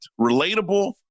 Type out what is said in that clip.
relatable